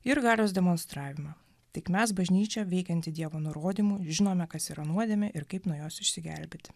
ir galios demonstravimą tik mes bažnyčia veikianti dievo nurodymu žinome kas yra nuodėmė ir kaip nuo jos išsigelbėti